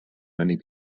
many